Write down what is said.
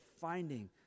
finding